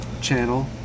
channel